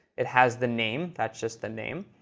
it has the name. that's just the name.